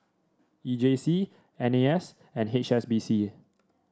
E J C N A S and H S B C